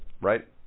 Right